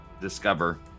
discover